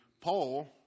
Paul